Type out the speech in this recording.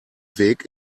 weg